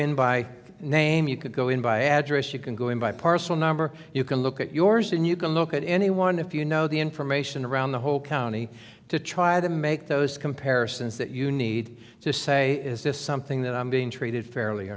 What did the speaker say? in by name you could go in by address you can go in by parcel number you can look at yours and you can look at any one if you know the information around the whole county to try to make those comparisons that you need to say is this something that i'm being treated fairly